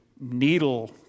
needle